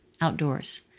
outdoors